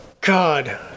God